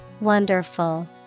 Wonderful